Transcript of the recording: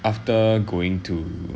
after going to